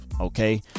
okay